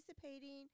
participating